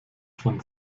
von